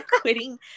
quitting